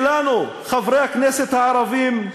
אלינו, חברי הכנסת הערבים,